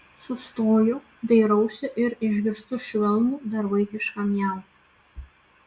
sustoju dairausi ir išgirstu švelnų dar vaikišką miau